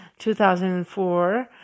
2004